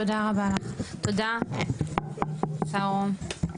תודה רבה לך, תודה בבקשה רום.